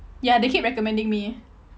ya they keep recommending me